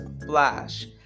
flash